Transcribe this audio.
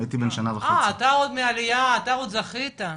אהה אתה עוד זכית.